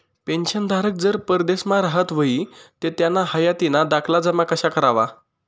पेंशनधारक जर परदेसमा राहत व्हयी ते त्याना हायातीना दाखला जमा कशा करवा?